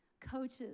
coaches